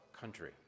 country